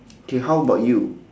K how about you